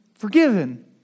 Forgiven